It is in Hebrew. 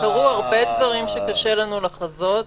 קרו הרבה שקשה לנו לחזות.